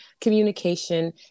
communication